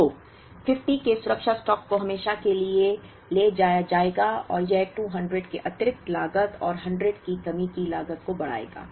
तो 50 के सुरक्षा स्टॉक को हमेशा के लिए ले जाया जाएगा और यह 200 की अतिरिक्त लागत और 100 की कमी की लागत को बढ़ाएगा